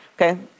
okay